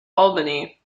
albany